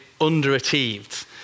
underachieved